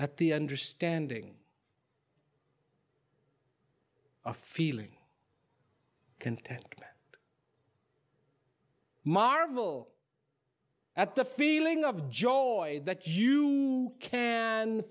at the understanding of feeling content and marvel at the feeling of joy that you can